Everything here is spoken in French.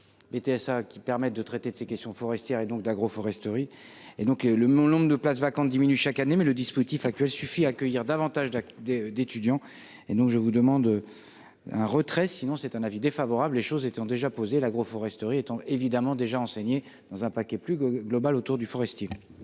BTSA qui permettent de traiter de ces questions forestières et donc d'agroforesterie et donc le mon nombre de places vacantes diminue chaque année mais le dispositif actuel suffit accueillir davantage de d'étudiants, et donc je vous demande un retrait, sinon c'est un avis défavorable, les choses étaient ont déjà posé l'agroforesterie étant évidemment déjà enseigné dans un paquet plus globale autour du forestier.